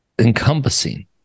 encompassing